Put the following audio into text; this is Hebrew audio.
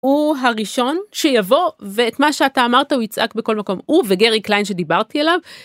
הוא הראשון שיבוא ואת מה שאתה אמרת הוא יצעק בכל מקום הוא וגרי קליין שדיברתי עליו.